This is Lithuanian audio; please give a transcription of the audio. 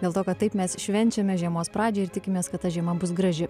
dėl to kad taip mes švenčiame žiemos pradžią ir tikimės kad ta žiema bus graži